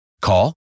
Call